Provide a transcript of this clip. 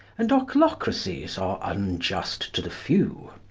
and ochlocracies are unjust to the few.